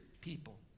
people